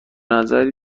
نظری